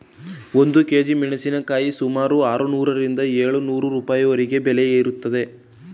ಒಂದು ಕೆ.ಜಿ ಕರಿಮೆಣಸಿನ ಸುಮಾರು ಆರುನೂರರಿಂದ ಏಳು ನೂರು ರೂಪಾಯಿವರೆಗೆ ಬೆಲೆ ಇರುತ್ತದೆ